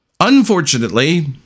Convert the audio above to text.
Unfortunately